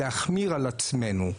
להחמיר על עצמנו.